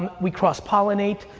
um we cross-pollinate.